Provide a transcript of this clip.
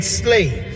slave